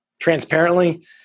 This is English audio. Transparently